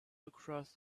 across